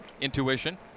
intuition